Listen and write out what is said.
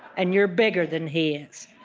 and you're bigger than he is